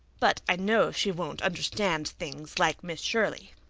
but i know she won't understand things like miss shirley.